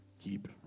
keep